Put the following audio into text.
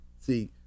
See